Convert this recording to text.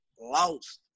lost